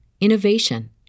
innovation